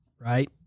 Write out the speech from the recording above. Right